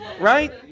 right